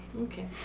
Okay